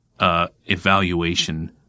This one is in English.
evaluation